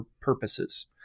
purposes